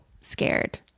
scared